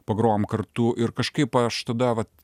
pagrojam kartu ir kažkaip aš tada vat